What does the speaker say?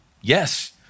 yes